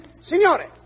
Signore